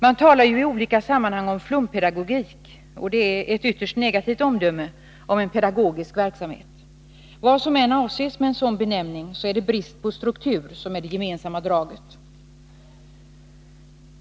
Man talar ju i olika sammanhang om flumpedagogik, och det är ett ytterst negativt omdöme om en pedagogisk verksamhet. Vad som än avses med en sådan benämning är det brist på struktur som är det gemensamma draget.